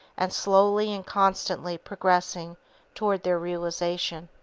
and slowly and constantly progressing toward their realization.